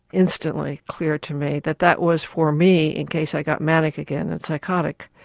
instantly clear to me that that was for me in case i got manic again and psychotic.